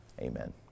Amen